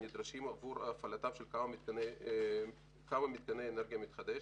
הנדרשים עבור הפעלתם של כמה מתקני אנרגיה מתחדשת.